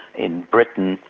in britain,